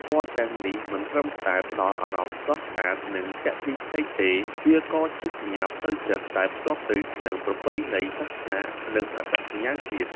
ពណ៌ទាំងនេះមិនត្រឹមតែផ្តល់អារម្មណ៍ស្រស់ស្អាត និងទាក់ទាញភ្នែកទេ វាក៏ជាសញ្ញាផ្លូវចិត្ត ដែលភ្ជាប់ទៅនឹងប្រពៃណី សាសនា និងអត្តសញ្ញាណជាតិ។